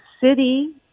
city